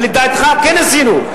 ולידיעתך, כן עשינו.